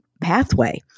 pathway